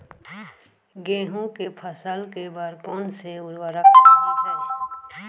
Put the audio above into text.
गेहूँ के फसल के बर कोन से उर्वरक सही है?